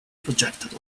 projected